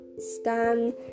Stan